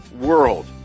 world